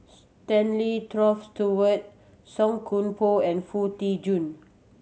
Stanley Toft Stewart Song Koon Poh and Foo Tee Jun